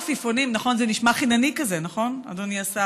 נשמע עכשיו הנמקה של הצעות אי-אמון.